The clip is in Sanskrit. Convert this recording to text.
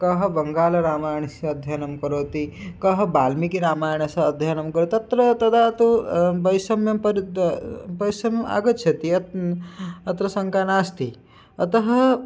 कः बङ्गालरामायणस्य अध्ययनं करोति कः वाल्मीकिरामायणस्य अध्ययनं करोति तत्र तदा तु वैशम्यं परि द् वैशम्यम् आगच्छति अतः अत्र शङ्का नास्ति अतः